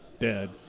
dead